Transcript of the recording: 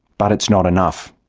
but it is not enough.